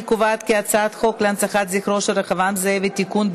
אני קובעת כי הצעת חוק להנצחת זכרו של רחבעם זאבי (תיקון,